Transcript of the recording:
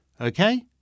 Okay